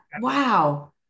wow